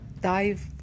dive